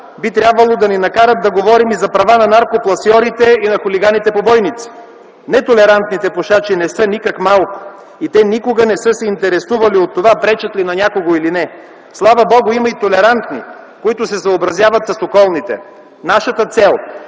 би трябвало да ни накарат да говорим и за права на наркопласьорите и на хулиганите-побойници. Нетолерантните пушачи не са никак малко и те никога не са се интересували от това пречат ли на някого, или не. Слава Богу, има и толерантни, които се съобразяват с околните. Нашата цел